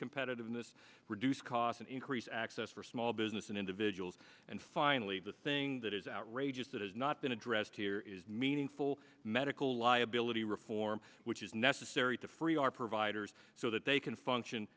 competitiveness reduce costs and increase access for small business and individuals and finally the thing that is outrageous that has not been addressed here is meaningful medical liability reform which is necessary to free our providers so that they can function